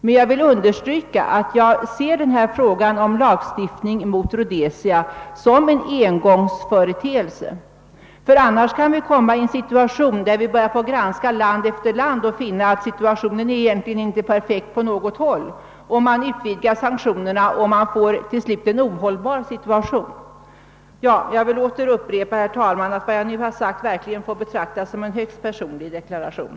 Jag vill emellertid understryka att jag ser frågan om lagstiftning mot Rhodesia som en engångsföreteelse. Annars kan vi komma i en situation där vi börjar granska land efter land och kanske finner att förhållandena inte är perfekta på något håll samt att man, därest man skulle utvidga sanktionerna, till slut kommer i ett ohållbart läge. Jag vill upprepa, herr talman, att vad jag nu sagt verkligen får betraktas som en högst personlig deklaration.